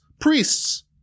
priests